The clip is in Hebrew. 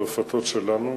לרפתות שלנו.